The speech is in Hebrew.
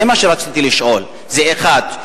זה מה שרציתי לשאול, דבר אחד.